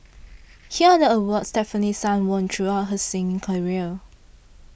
here are the awards Stefanie Sun won throughout her singing career